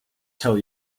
tell